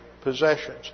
possessions